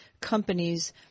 companies